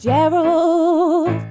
Gerald